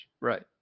Right